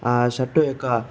ఆ షర్టు యొక్క